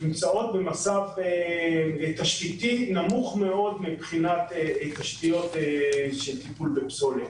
נמצאות במצב תשתיתי נמוך מאוד מבחינת תשתיות של טיפול בפסולת.